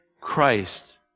Christ